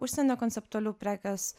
užsienio konceptualių prekės